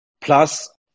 Plus